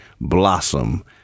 blossom